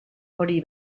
hori